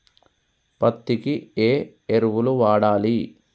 పత్తి కి ఏ ఎరువులు వాడాలి?